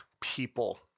people